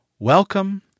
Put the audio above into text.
Welcome